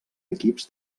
equips